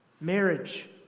marriage